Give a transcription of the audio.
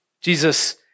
Jesus